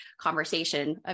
conversation